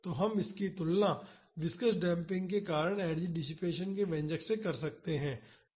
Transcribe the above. तो हम इसकी तुलना विस्कॉस डेम्पिंग के कारण एनर्जी डिसिपेसन के व्यंजक से कर सकते हैं